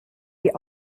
die